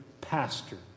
pastor